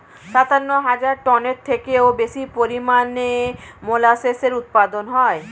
সাতান্ন হাজার টনের থেকেও বেশি পরিমাণে মোলাসেসের উৎপাদন হয়